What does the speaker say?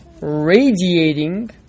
Radiating